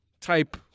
type